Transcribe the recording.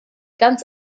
ganz